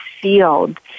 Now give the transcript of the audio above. field